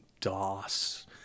DOS